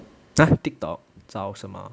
!huh! TikTok 找什么